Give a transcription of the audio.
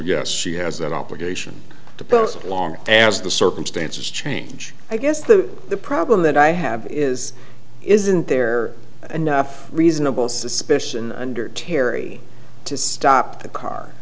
yes she has an obligation to pose along as the circumstances change i guess the the problem that i have is isn't there enough reasonable suspicion under terry to stop the car